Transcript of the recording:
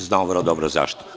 Zna on vrlo dobro zašto.